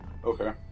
Okay